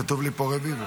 כתוב לי פה רביבו.